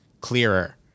clearer